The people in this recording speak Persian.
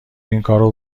اینکارو